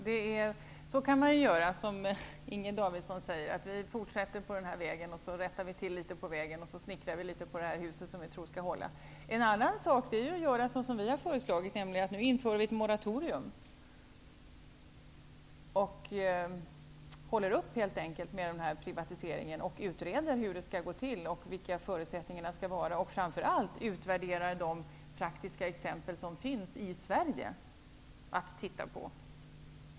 Herr talman! Ja, man kan göra som Inger Davidson säger -- vi fortsätter på den här vägen och rättar till litet under hand. Vi fortsätter och snickrar på det här huset som vi tror skall hålla. I stället kunde man ju göra som vi har föreslagit, nämligen införa ett moratorium -- helt enkelt hålla upp med privatiseringen och utreda hur det skall gå till, vilka förutsättningarna skall vara. Framför allt borde man utvärdera de praktiska exempel som finns i Sverige.